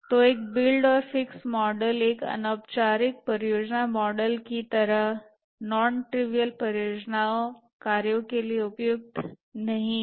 तो एक बिल्ड और फिक्स मॉडल एक अनौपचारिक परियोजना मॉडल की तरह नॉन ट्रिविअल परियोजना कार्य के लिए उपयुक्त नहीं है